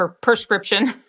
prescription